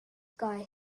guy